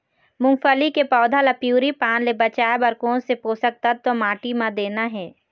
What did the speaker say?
मुंगफली के पौधा ला पिवरी पान ले बचाए बर कोन से पोषक तत्व माटी म देना हे?